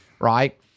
Right